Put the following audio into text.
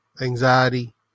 anxiety